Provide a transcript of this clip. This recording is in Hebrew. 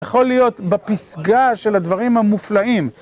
יכול להיות בפסגה של הדברים המופלאים.